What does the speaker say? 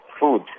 food